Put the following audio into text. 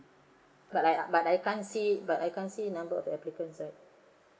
but I uh but I can't see but I can't see number of applicants right